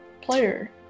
player